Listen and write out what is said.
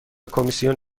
کمیسیون